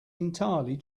entirely